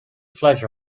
flash